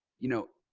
you know,